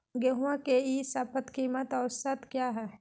गेंहू के ई शपथ कीमत औसत क्या है?